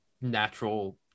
natural